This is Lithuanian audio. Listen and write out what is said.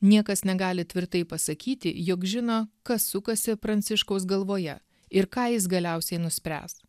niekas negali tvirtai pasakyti jog žino kas sukasi pranciškaus galvoje ir ką jis galiausiai nuspręs